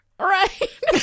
Right